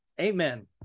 Amen